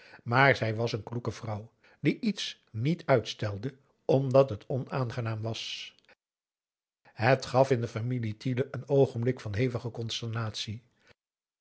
maar zij was een kloeke vrouw die iets niet uitstelde omdat het onaangenaam was het gaf in de familie tiele een oogenblik van hevige consternatie